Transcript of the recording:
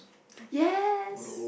yes